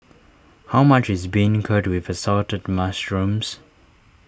how much is Beancurd with Assorted Mushrooms